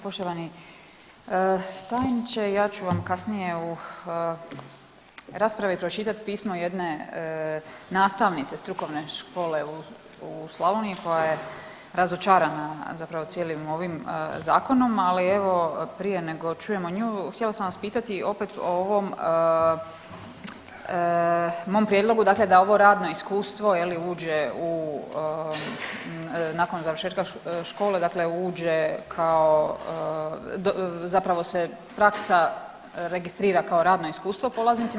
Evo, poštovani tajniče ja ću vam kasnije u raspravi pročitati pismo jedne nastavnice strukovne škole u Slavoniji koja je razočarana zapravo cijelim ovim zakonom ali evo prije nego čujemo nju htjela sam vas pitati opet o ovom mom prijedlogu dakle da ovo radno iskustvo je li uđe u, nakon završetka škole dakle uđe kao zapravo se praksa registrira kao radno iskustvo polaznicima.